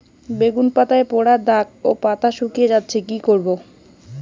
বেগুন পাতায় পড়া দাগ ও পাতা শুকিয়ে যাচ্ছে কি করব?